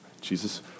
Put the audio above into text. Jesus